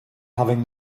having